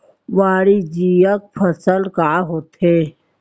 वाणिज्यिक फसल का होथे?